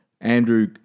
Andrew